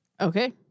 Okay